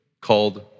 called